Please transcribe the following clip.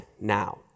now